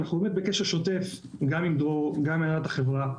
אנחנו בקשר שוטף עם דרור והנהלת החברה,